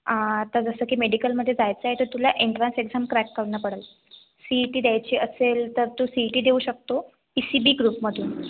आता जसं की मेडिकलमध्ये जायचं आहे तर तुला एन्ट्रन्स एक्झाम क्रॅक करणं पडेल सी ई टी द्यायची असेल तर तू सी ई टी देऊ शकतो पी सी बी ग्रुपमधून